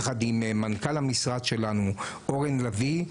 יחד עם מנכ"ל המשרד שלנו אורן לביא,